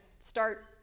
start